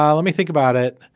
um let me think about it.